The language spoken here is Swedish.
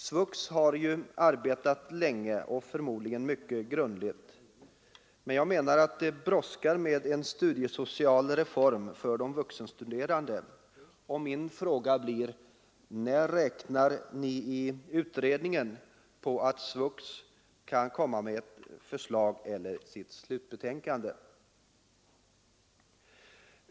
SVUX har ju arbetat länge och förmodligen mycket grundligt, men jag menar att det brådskar med en studiesocial reform för de vuxenstuderande. Min fråga blir: När räknar ni i utredningen med att SVUX kan komma med ett förslag eller med sitt slutbetänkande?